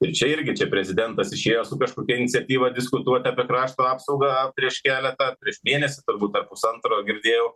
ir čia irgi čia prezidentas išėjo su kažkokia iniciatyva diskutuot apie krašto apsaugą prieš keletą prieš mėnesį turbūt ar pusantro girdėjau